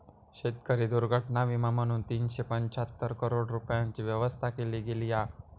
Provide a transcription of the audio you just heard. शेतकरी दुर्घटना विमा म्हणून तीनशे पंचाहत्तर करोड रूपयांची व्यवस्था केली गेली हा